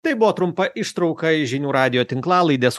tai buvo trumpa ištrauka iš žinių radijo tinklalaidės